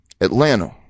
Atlanta